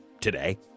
today